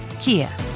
Kia